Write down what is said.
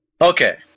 Okay